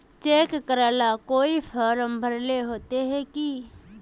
Cheque करेला कोई form भरेले होते की?